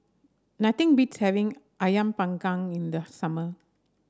nothing beats having ayam panggang in the summer